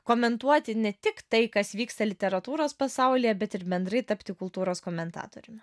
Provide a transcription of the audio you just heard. komentuoti ne tik tai kas vyksta literatūros pasaulyje bet ir bendrai tapti kultūros komentatoriumi